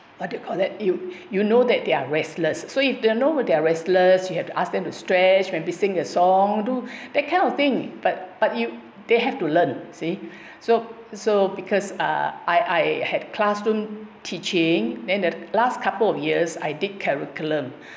what do you call that you you know that they are restless so if you know they are restless you have to ask them to stretch maybe sing a song do that kind of thing but but you they have to learn see so so because uh I had classroom teaching then the last couple of years I did curriculum